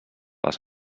les